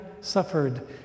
suffered